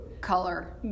color